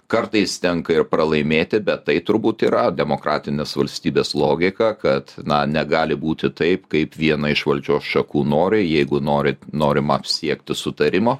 kartais tenka ir pralaimėti bet tai turbūt yra demokratinės valstybės logika kad na negali būti taip kaip viena iš valdžios šakų nori jeigu nori norima siekti sutarimo